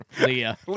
Leah